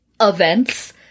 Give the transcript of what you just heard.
events